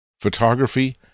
Photography